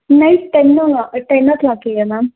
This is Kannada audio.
ನೈಟ್ ಟೆನ್ನೊ ಟೆನ್ ಒ ಕ್ಲಾಕಿಗೆ ಮ್ಯಾಮ್